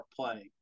playing